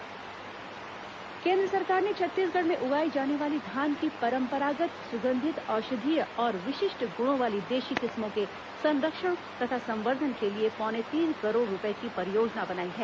धान किस्म संवर्धन केन्द्र सरकार ने छत्तीसगढ़ में उगाई जाने वाली धान की परंपरागत सुगंधित औषधीय और विशिष्ट गुणों वाली देशी किस्मों के संरक्षण तथा संवर्धन के लिए पौने तीन करोड़ रूपये की परियोजना बनाई है